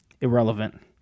irrelevant